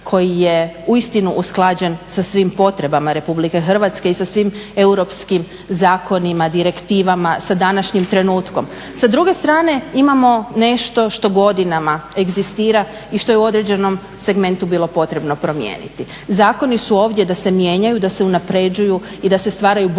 koji je uistinu usklađen sa svim potrebama Republike Hrvatske i sa svim europskim zakonima, direktivama, sa današnjim trenutkom. Sa druge strane imamo nešto što godinama egzistira i što je u određenom segmentu bilo potrebno promijeniti. Zakoni su ovdje da se mijenjaju, da se unapređuju i da se stvaraju bolji